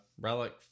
Relic